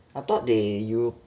I thought they europe